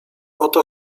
oto